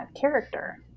character